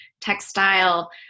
textile